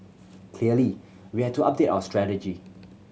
clearly we had to update our strategy